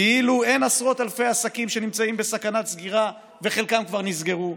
כאילו אין עשרות אלפי עסקים שנמצאים בסכנת סגירה וחלקם כבר נסגרו,